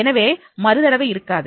எனவே மறு தடவை இருக்காது